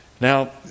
Now